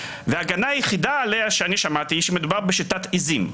וההגנה היחידה עליה שאני שמעתי שמדובר בשיטת עיזים.